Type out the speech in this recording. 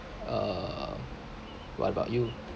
uh what about you